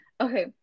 okay